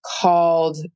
called